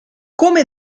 come